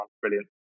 Brilliant